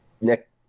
Nick